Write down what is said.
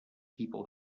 people